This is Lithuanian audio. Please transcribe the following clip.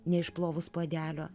neišplovus puodelio